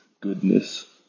goodness